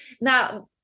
Now